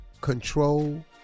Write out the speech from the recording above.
control